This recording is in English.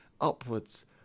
upwards